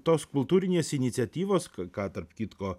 tos kultūrinės iniciatyvos ką tarp kitko